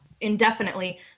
indefinitely